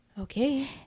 Okay